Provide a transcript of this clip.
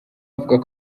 avuga